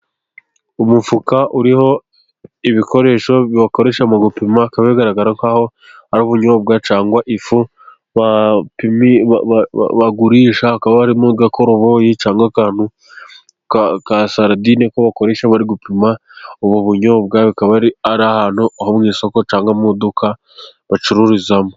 Umufuka uriho ibikoresho bakoresha mu gupima，bikaba bigaragara nk'aho ari ubunyobwa cyangwa ifu bagurisha，akaba harimo agakoroboyi cyangwa nk'akantu ka saradine， ako bakoresha bari gupima ubunyobwa, bikaba ari ahantu ho mu isoko， cyangwa amaduka bacururizamo.